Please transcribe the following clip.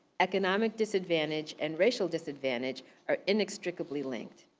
economic disadvantage and racial disadvantage are inextricably linked.